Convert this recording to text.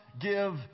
give